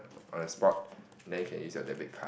on the spot then you can use your debit card